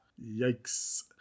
Yikes